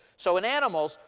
so in animals,